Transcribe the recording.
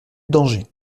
dangers